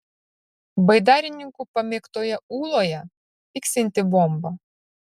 baidarininkų pamėgtoje ūloje tiksinti bomba